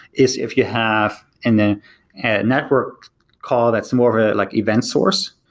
is if you have in a network call that's more like event source,